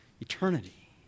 eternity